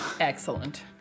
Excellent